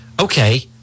okay